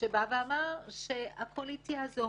שאמר שהקואליציה הזו